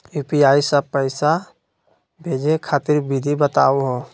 UPI स पैसा भेजै खातिर विधि बताहु हो?